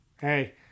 hey